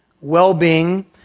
well-being